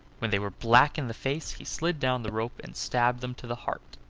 when they were black in the face he slid down the rope and stabbed them to the heart.